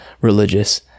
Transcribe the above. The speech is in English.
religious